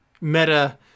meta